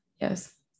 Yes